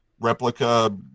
replica